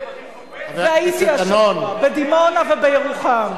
והייתי השבוע בדימונה ובירוחם,